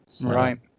right